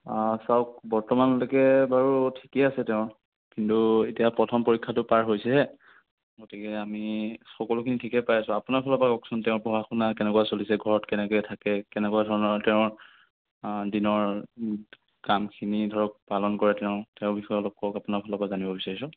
অ চাওক বৰ্তমানলৈকে বাৰু ঠিকে আছে তেওঁ কিন্তু এতিয়া প্ৰথম পৰীক্ষাটো পাৰ হৈছেহে গতিকে আমি সকলোখিনি ঠিকে পাই আছোঁ আপোনাৰ ফালৰ পৰা কওকচোন তেওঁৰ পঢ়া শুনা কেনেকুৱা চলিছে ঘৰত কেনেকৈ থাকে কেনেকুৱা ধৰণৰ তেওঁৰ দিনৰ কামখিনি ধৰক পালন কৰে তেওঁ তেওঁৰ বিষয়ে অলপ কওক আপোনাৰ ফালৰ পৰা জানিব বিচাৰিছোঁ